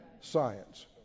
science